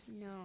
No